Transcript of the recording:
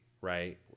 right